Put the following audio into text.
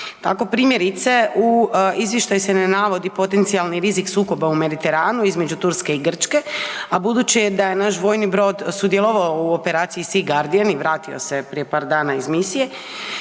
Tako primjerice u izvještaju se ne navodi potencijalni rizik sukoba u Mediteranu između Turske i Grčke, a budući je da je naš vojni brod sudjelovao u operaciji SEA GUARDIAN i vratio se je prije par dana iz misije,